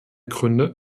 gründe